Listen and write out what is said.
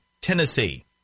Tennessee